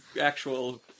actual